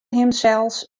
himsels